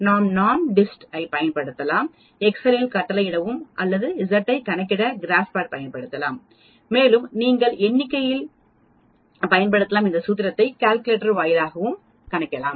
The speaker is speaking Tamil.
நாம் NORMSDIST ஐப் பயன்படுத்தலாம்எக்செல் இல் கட்டளையிடவும் அல்லது Z ஐக் கணக்கிட கிராப்பேட் பயன்படுத்தலாம் மேலும் நீங்கள் எண்ணிக்கையில் பயன்படுத்தலாம்இந்த சூத்திரத்தை கால்குலேட்டர் வாயிலாகவும் கணிக்கலாம்